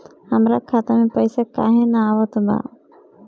हमरा खाता में पइसा काहे ना आव ता?